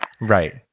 Right